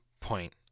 point